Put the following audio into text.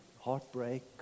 heartbreak